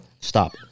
stop